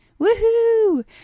Woohoo